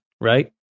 right